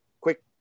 quick